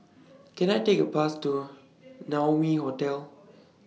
Can I Take A Bus to Naumi Hotel